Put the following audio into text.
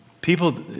people